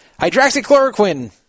hydroxychloroquine